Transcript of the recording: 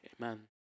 amen